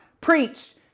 preached